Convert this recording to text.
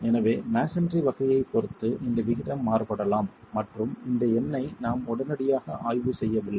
எனவே மஸோன்றி வகையைப் பொறுத்து இந்த விகிதம் மாறுபடலாம் மற்றும் இந்த எண்ணை நாம் உடனடியாக ஆய்வு செய்யவில்லை